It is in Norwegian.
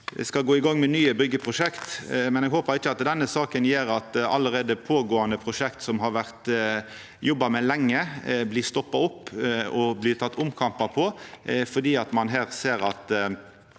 skal gå i gang med nye byggjeprosjekt, men eg håpar ikkje at denne saka gjer at allereie pågåande prosjekt som har vore jobba med lenge, blir stoppa, og at ein tek omkampar om det fordi ein her ser at